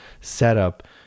setup